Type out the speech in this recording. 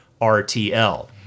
RTL